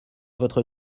votre